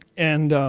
and